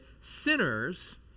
sinners